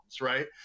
right